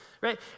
Right